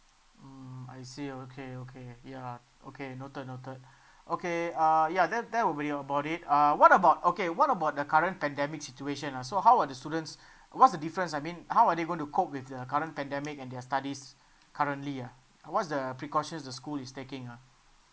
mm I see okay okay ya lah okay noted noted okay uh ya that that will be about it uh what about okay what about the current pandemic situation ah so how are the students what's the difference I mean how are they going to cope with the current pandemic and their studies currently ah what's the precautions the school is taking ah